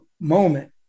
moment